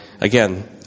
again